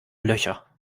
löcher